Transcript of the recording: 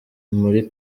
muri